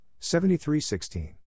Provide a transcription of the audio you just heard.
73-16